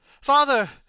Father